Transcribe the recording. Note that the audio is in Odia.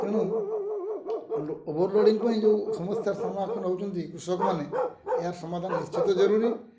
ତେଣୁ ଓଭର୍ ଲୋଡ଼ିଙ୍ଗ ପାଇଁ ଯେଉଁ ସମସ୍ୟାର ସମାଖନ ହେଉଛନ୍ତି କୃଷକମାନେ ଏହାର ସମାଧାନ ନିଶ୍ଚିତ ଜରୁରୀ